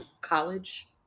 college